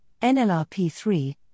NLRP3